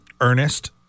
Ernest